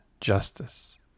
justice